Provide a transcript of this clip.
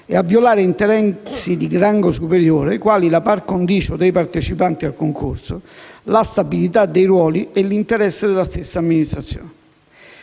e a violare interessi di rango superiore, quali la *par condicio* dei partecipanti al concorso, la stabilità dei ruoli e l'interesse della stessa amministrazione.